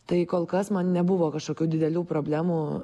tai kol kas man nebuvo kažkokių didelių problemų